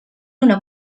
una